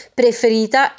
preferita